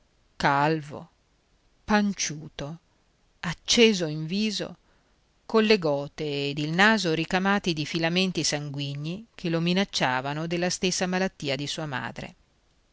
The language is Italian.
calvo panciuto acceso in viso colle gote ed il naso ricamati di filamenti sanguigni che lo minacciavano della stessa malattia di sua madre